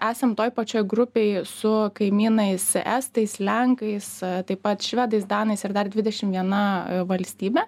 esam toj pačioj grupėj su kaimynais estais lenkais taip pat švedais danais ir dar dvidešim viena valstybe